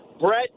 Brett